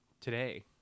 today